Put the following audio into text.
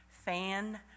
fan